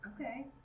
okay